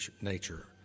nature